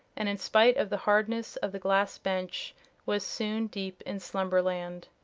and in spite of the hardness of the glass bench was soon deep in slumberland.